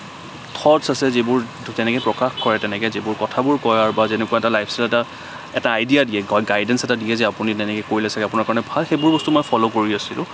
thoughts আছে যিবোৰ তেনেকে প্ৰকাশ কৰে তেনেকে যিবোৰ কথাবোৰ কয় আৰু বা যেনেকুৱা এটা লাইফ ষ্টাইল এটা এটা আইডিয়া দিয়ে গ গাইডেন্স এটা দিয়ে যে আপুনি তেনেকে কৰিলে ছাগে আপোনাৰ কাৰণে ভাল সেইবোৰ মই ফ'ল' কৰি আছিলোঁ